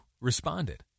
responded